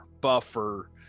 buffer